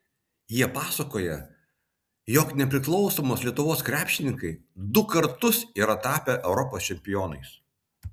jie pasakoja jog nepriklausomos lietuvos krepšininkai du kartus yra tapę europos čempionais